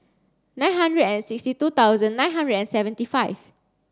nine hundred and sixty two thousand nine hundred and seventy five